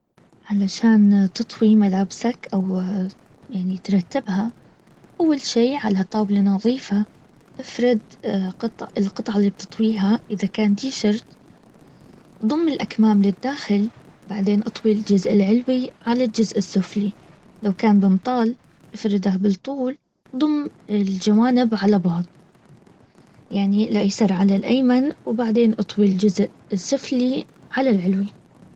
علشان تطوي ملابسك او يعني ترتبها اول شي على طاولة نظيفة افرد القط- القطعة اللي بتطويها اذا كان تيشرت ضم الاكمام للداخل بعدين اطوي الجزء العلوي على الجزء السفلي لو كان بنطال افرده بالطولده ضم الجوانب على بعض يعني الايسر على الايمن وبعدين اطوي الجزء. السفلي على العلوي